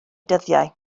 dyddiau